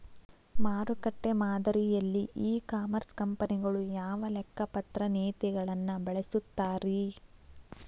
ಮಾರುಕಟ್ಟೆ ಮಾದರಿಯಲ್ಲಿ e commerce ಕಂಪನಿಗಳು ಯಾವ ಲೆಕ್ಕಪತ್ರ ನೇತಿಗಳನ್ನ ಬಳಸುತ್ತಾರಿ?